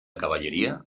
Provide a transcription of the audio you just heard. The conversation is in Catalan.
cavalleria